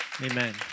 Amen